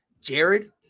Jared